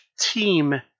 team